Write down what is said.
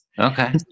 Okay